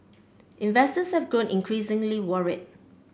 investors have grown increasingly worried